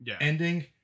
ending